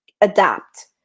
adapt